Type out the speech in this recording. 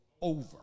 over